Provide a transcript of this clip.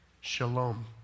shalom